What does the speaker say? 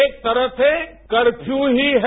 एक तरह से कर्फ्यू ही है